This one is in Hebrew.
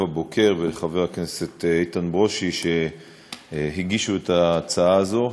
בוקר ולחבר הכנסת איתן ברושי שהגישו את ההצעה הזאת,